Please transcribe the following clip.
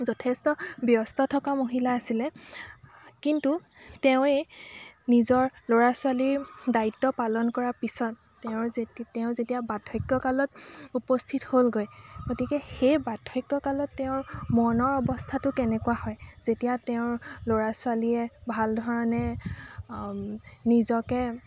যথেষ্ট ব্যস্ত থকা মহিলা আছিলে কিন্তু তেওঁৱেই নিজৰ ল'ৰা ছোৱালীৰ দায়িত্ব পালন কৰা পিছত তেওঁৰ যেতি তেওঁৰ যেতিয়া বাৰ্ধক্য কালত উপস্থিত হ'লগৈ গতিকে সেই বাৰ্ধক্য কালত তেওঁৰ মনৰ অৱস্থাটো কেনেকুৱা হয় যেতিয়া তেওঁৰ ল'ৰা ছোৱালীয়ে ভালধৰণে নিজকে